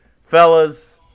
fellas